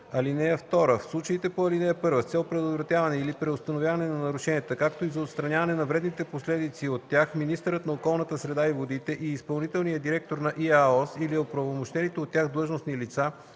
(2) В случаите по ал. 1 с цел предотвратяване или преустановяване на нарушенията, както и за отстраняване на вредните последици от тях министърът на околната среда и водите и изпълнителният директор на ИАОС или оправомощените от тях длъжностни лица